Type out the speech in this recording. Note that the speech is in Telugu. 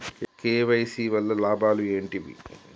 కే.వై.సీ వల్ల లాభాలు ఏంటివి?